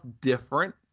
different